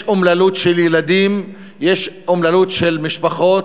יש אומללות של ילדים, יש אומללות של משפחות,